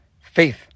faith